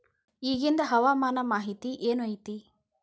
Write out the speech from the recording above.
ಇಗಿಂದ್ ಹವಾಮಾನ ಮಾಹಿತಿ ಏನು ಐತಿ?